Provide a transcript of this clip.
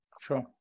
Sure